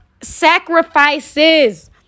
Sacrifices